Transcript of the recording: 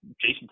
Jason